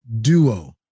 duo